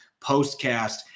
postcast